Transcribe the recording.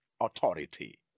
authority